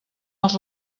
els